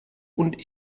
und